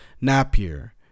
Napier